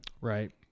Right